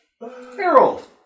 Harold